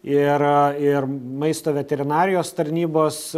ir ir maisto veterinarijos tarnybos